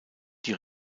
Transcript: die